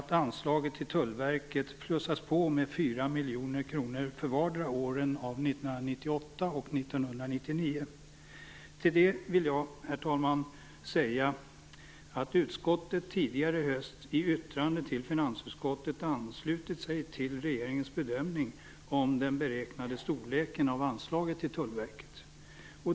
Tullverket utökas med 4 miljoner kronor 1998 liksom även 1999. Utskottet har tidigare i höst i ett yttrande till finansutskottet anslutit sig till regeringens bedömning av den beräknade storleken av anslaget till Tullverket.